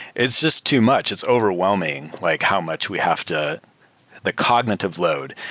it's just too much. it's overwhelming like how much we have to the cognitive load,